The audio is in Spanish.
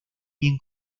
bien